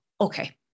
okay